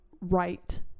right